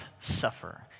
suffer